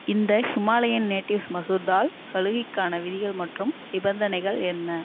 இந்த Himalayan natives masoor dal சலுகைக்கான விதிகள் மற்றும் நிபந்தனைகள் என்ன